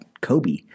Kobe